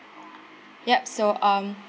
yup so um